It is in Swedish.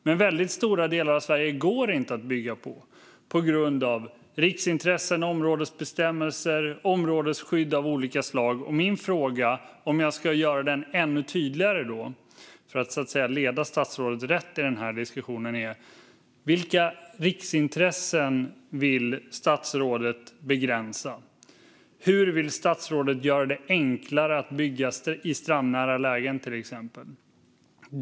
Men väldigt stora delar av Sverige går inte att bygga på, på grund av riksintressen, områdesbestämmelser och områdesskydd av olika slag. Min fråga, om jag ska göra den ännu tydligare för att leda statsrådet rätt i diskussionen, är: Vilka riksintressen vill statsrådet begränsa? Och hur vill statsrådet göra det enklare att till exempel bygga i strandnära lägen?